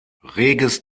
reges